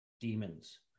demons